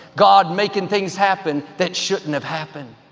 god making things happen that shouldn't have happened.